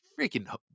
freaking